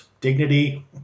dignity